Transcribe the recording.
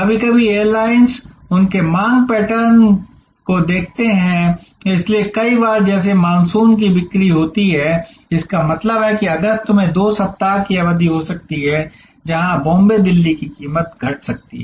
कभी कभी एयरलाइंस उनके मांग पैटर्न को देखते हैं इसलिए कई बार जैसे मानसून की बिक्री होती है इसका मतलब है कि अगस्त में दो सप्ताह की अवधि हो सकती है जहां बॉम्बे दिल्ली की कीमत घट सकती है